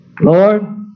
Lord